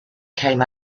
came